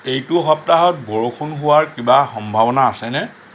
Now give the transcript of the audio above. এইটো সপ্তাহত বৰষুণ হোৱাৰ কিবা সম্ভাৱনা আছেনে